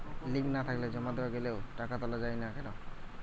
Link না থাকলে জমা দেওয়া গেলেও টাকা তোলা য়ায় না কেন?